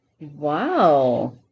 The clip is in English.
Wow